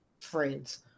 friends